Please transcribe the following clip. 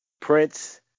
Prince